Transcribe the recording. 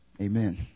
Amen